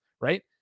right